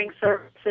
services